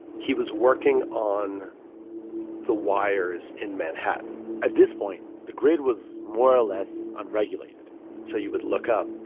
he was working on the wires in manhattan at this point, the grid was more or less unregulated so you would look up,